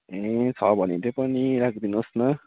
ए छ भने त्यो पनि राखिदिनुहोस् न